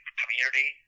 community